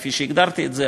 כפי שהגדרתי את זה,